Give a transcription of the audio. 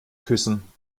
küssen